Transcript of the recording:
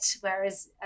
Whereas